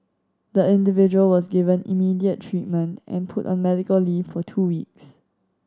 the individual was given immediate treatment and put on medical leave for two weeks